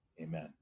amen